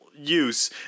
use